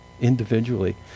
Individually